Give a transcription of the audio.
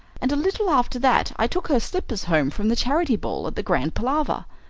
and a little after that i took her slippers home from the charity ball at the grand palaver.